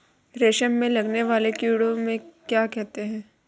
रेशम में लगने वाले कीड़े को क्या कहते हैं?